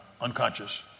unconscious